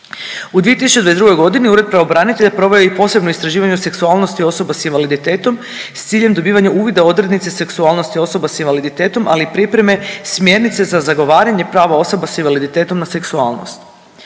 U 2022. godini Ured pravobranitelja proveo je i posebno istraživanje o seksualnosti osoba sa invaliditetom s ciljem dobivanja uvida u odrednice seksualnosti osoba sa invaliditetom, ali i pripreme smjernice za zagovaranje prava osoba sa invaliditetom na seksualnost.